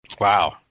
Wow